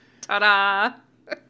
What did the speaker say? ta-da